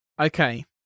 Okay